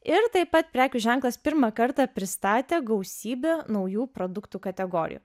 ir taip pat prekių ženklas pirmą kartą pristatė gausybę naujų produktų kategorijų